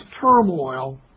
turmoil